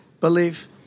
belief